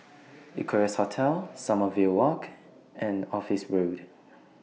Equarius Hotel Sommerville Walk and Office Road